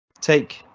Take